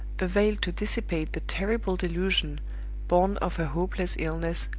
availed to dissipate the terrible delusion born of her hopeless illness,